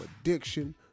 addiction